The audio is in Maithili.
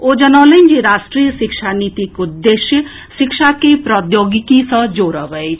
ओ जनौलनि जे राष्ट्रीय शिक्षा नीतिक उद्देश्य शिक्षा के प्रौद्योगिकी सऽ जोड़ब अछि